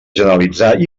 generalitzar